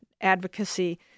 advocacy